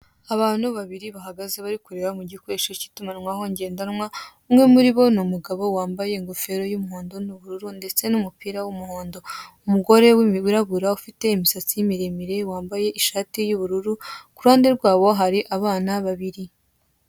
Abantu babiri bahagaze bari kureba mu gikoresho cy'itumanaho ngendanwa, umwe muri bo ni umugabo wambaye ingofero y'umuhondo n'ubururu, ndetse n'umupira w'umuhondo, umugore wirabura ufite imisatsi miremire wambaye ishati y'ubururu, ku ruhande rwabo hari abana babiri.